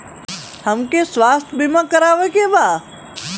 हमके स्वास्थ्य बीमा करावे के बा?